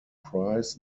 prize